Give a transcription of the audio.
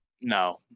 No